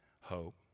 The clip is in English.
hope